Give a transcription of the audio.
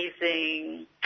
amazing